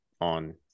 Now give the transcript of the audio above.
on